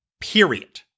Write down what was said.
period